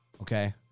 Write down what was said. Okay